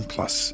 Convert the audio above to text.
Plus